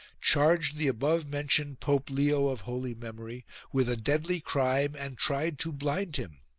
charged the above-mentioned pope leo of holy memory with a deadly crime and tried to blind him.